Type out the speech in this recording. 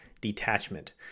detachment